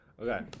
Okay